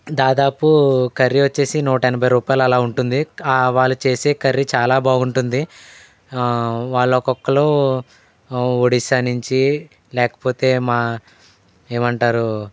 దాదాపు కర్రీ వచ్చేసి నూట ఎనభై రూపాయలు అలా ఉంటుంది వాళ్ళు చేసే కర్రీ చాలా బాగుంటుంది వాళ్ళు ఒక్కక్కరు ఒడిశా నుంచి లేకపోతే మా ఏమంటారు